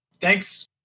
thanks